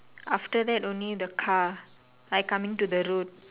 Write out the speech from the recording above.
after that only the car like coming to the road